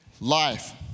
life